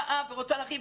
באה ורוצה להרחיב.